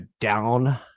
down